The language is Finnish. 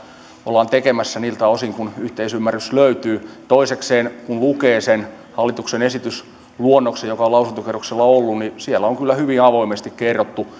ollaan tekemässä niiltä osin kuin yhteisymmärrys löytyy toisekseen kun lukee sen hallituksen esitysluonnoksen joka on lausuntokierroksella ollut niin siellä on kyllä hyvin avoimesti kerrottu